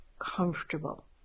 comfortable